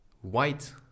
white